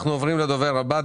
אנחנו עוברים לדובר הבא.